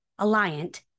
Alliant